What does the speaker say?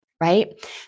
right